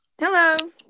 Hello